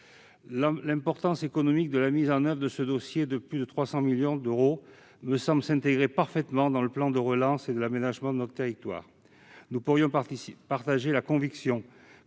L'importance économique de la mise en oeuvre de ce projet de plus de 300 millions d'euros me semble s'intégrer parfaitement dans le plan de relance et l'aménagement de notre territoire. Nous pourrions partager la conviction